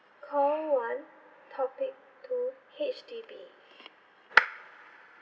call one topic two H_D_B